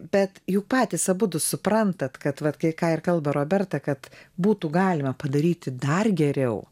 bet juk patys abudu suprantat kad vat kai ką ir kalba roberta kad būtų galima padaryti dar geriau